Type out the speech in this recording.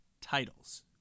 titles